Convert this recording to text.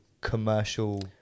commercial